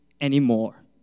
anymore